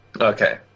Okay